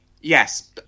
yes